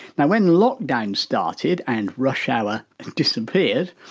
now when lockdown started and rush hour disappeared,